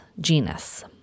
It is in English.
genus